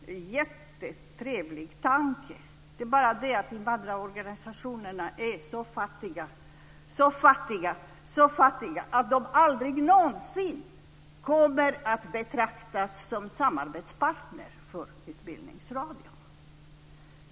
Det är en jättetrevlig tanke. Det är bara det att invandrarorganisationerna är så fattiga att de aldrig någonsin kommer att betraktas som samarbetspartner för Utbildningsradion.